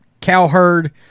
Cowherd